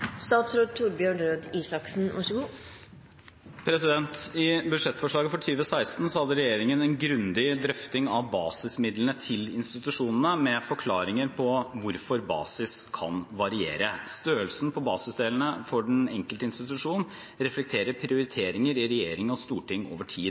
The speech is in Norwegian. I budsjettforslaget for 2016 hadde regjeringen en grundig drøfting av basismidlene til institusjonene, med forklaringer på hvorfor basis kan variere. Størrelsen på basisdelene for den enkelte institusjon reflekterer prioriteringer i regjering og storting over tid.